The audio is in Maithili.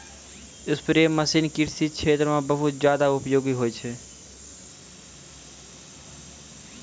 स्प्रे मसीन कृषि क्षेत्र म बहुत जादा उपयोगी होय छै